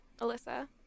Alyssa